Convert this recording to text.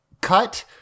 cut